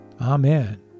Amen